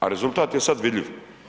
A rezultat je sad vidljiv.